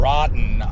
Rotten